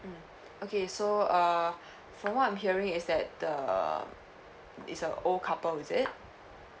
mm okay so err from what I'm hearing is that the is a old couple is it